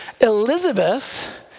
Elizabeth